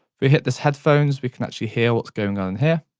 we hit this headphone we can actually hear what's going on here.